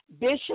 Bishop